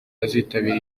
azitabira